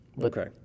Okay